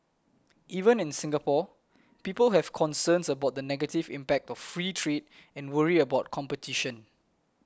even in Singapore people have concerns about the negative impact of free trade and worry about competition